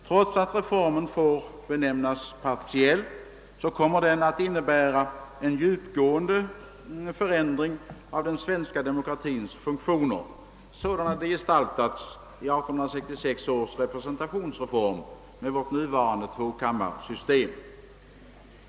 Trots att reformen får betraktas som partiell kommer den att innebära en djupgående förändring av den svenska demokratins funktioner sådana de gestaltats i 1866 års representationsreform med vårt nuvarande tvåkammarsystem.